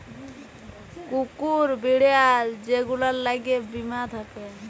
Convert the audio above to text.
কুকুর, বিড়াল যে গুলার ল্যাগে বীমা থ্যাকে